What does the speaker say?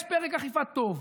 יש פרק אכיפה טוב.